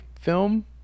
film